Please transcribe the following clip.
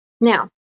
Now